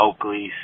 Oakleys